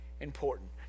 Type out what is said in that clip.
important